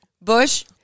Bush